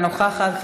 אינה נוכחת,